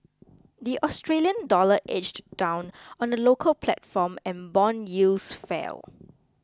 the Australian dollar edged down on the local platform and bond yields fell